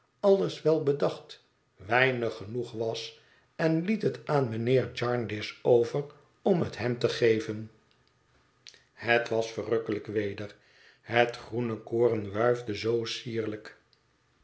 ailes wel bedacht weinig genoeg was en liet het aan mijnheer jarndyce over om het hem te geven het was verrukkelijk weder het groene koren wuifde zoo sierlijk